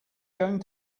going